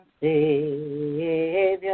Savior